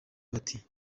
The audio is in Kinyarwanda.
bati